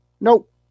Nope